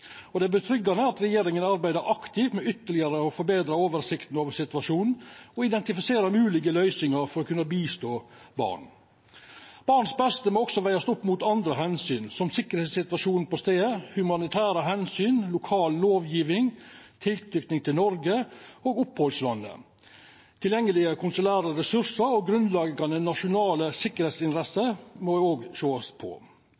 og det er godt at regjeringa arbeider aktivt med å få ytterlegare oversikt over situasjonen og identifisera moglege løysingar for å kunna bistå barna. Barns beste må også vegast opp mot andre omsyn, som sikkerheitssituasjonen på staden, humanitære omsyn, lokal lovgjeving og tilknyting til Noreg og opphaldslandet. Tilgjengelege konsulære ressursar og grunnleggjande nasjonale sikkerheitsinteresser må òg sjåast på.